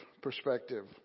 perspective